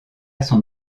son